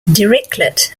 dirichlet